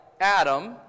Adam